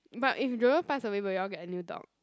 but if Jerome pass away will you all get a new dog